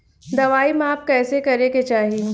दवाई माप कैसे करेके चाही?